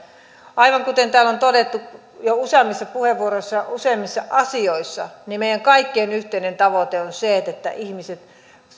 aivan kuten täällä on todettu jo useammassa puheenvuorossa ja useimmissa asioissa meidän kaikkien yhteinen tavoite on se että ihmiset